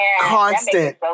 constant